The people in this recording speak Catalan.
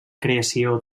creació